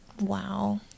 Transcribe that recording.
Wow